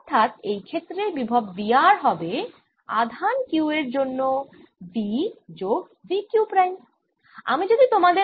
অর্থাৎ এই ক্ষেত্রে বিভব V r হবে আধান q এর জন্য V যোগ V q প্রাইম